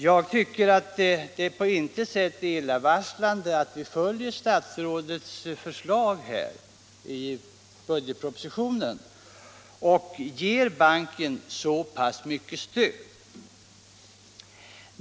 Jag tycker att det på intet sätt är illavarslande att vi följer statsrådets förslag i budgetpropositionen och ger banken så pass mycket stöd.